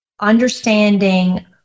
understanding